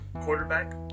quarterback